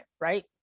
right